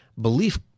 Belief